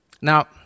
Now